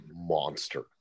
monster